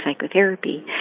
psychotherapy